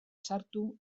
sartu